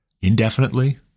indefinitely